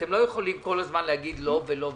אתם לא יכולים כל הזמן להגיד לא ולא ולא.